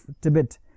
Tibet